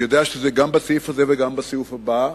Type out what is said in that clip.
אני יודע שזה גם בסעיף הזה וגם בסעיף הבא,